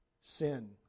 sin